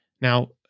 Now